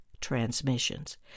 transmissions